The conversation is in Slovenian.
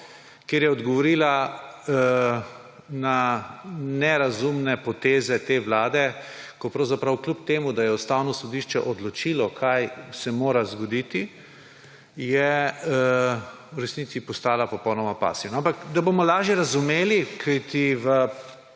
ker je odgovorila na nerazumne poteze te vlade, ko pravzaprav kljub temu, da je Ustavno sodišče odločilo, kaj se mora zgoditi, je v resnici postala popolnoma pasivna. Ampak da bomo lažje razumeli, kajti v